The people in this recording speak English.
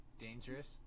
Dangerous